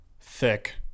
thick